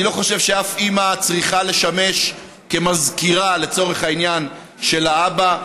אני חושב שאף אימא לא צריכה לשמש כמזכירה לצורך העניין של האבא,